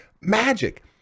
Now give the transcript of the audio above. Magic